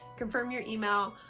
confirm your email,